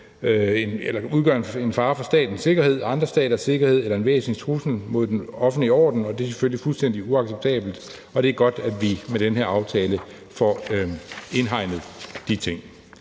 eller udgør en fare for statens sikkerhed eller andre staters sikkerhed eller er en væsentlig trussel mod den offentlige orden. Det er selvfølgelig fuldstændig uacceptabelt, og det er godt, at vi med den her aftale får indhegnet de ting.